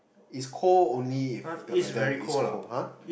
it's cold only if the weather is cold [huh]